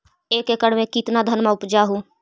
एक एकड़ मे कितना धनमा उपजा हू?